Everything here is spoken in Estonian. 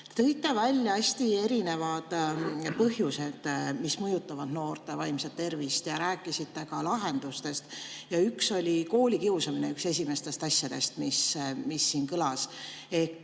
tõite välja hästi erinevad põhjused, mis mõjutavad noorte vaimset tervist, ja rääkisite ka lahendustest. Ja üks esimestest asjadest, mis siin kõlas,